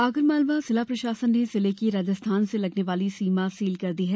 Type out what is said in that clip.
आगरमालवा जिला प्रशासन ने जिले की राजस्थान से लगने वाली सीमा सील कर दी है